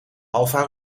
alfa